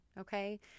okay